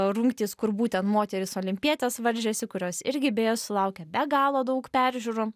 rungtys kur būtent moterys olimpietės varžėsi kurios irgi beje sulaukė be galo daug peržiūrų